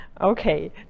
Okay